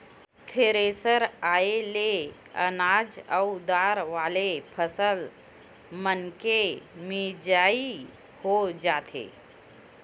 thresher के आये ले अनाज अउ दार वाला फसल मनके मिजई हो जाथे